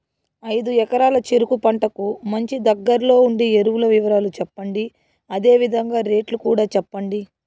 ఐదు ఎకరాల చెరుకు పంటకు మంచి, దగ్గర్లో ఉండే ఎరువుల వివరాలు చెప్పండి? అదే విధంగా రేట్లు కూడా చెప్పండి?